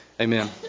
Amen